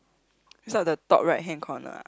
it's not the top right hand corner ah